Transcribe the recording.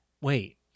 wait